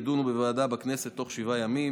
יידונו בוועדה בכנסת בתוך שבעה ימים.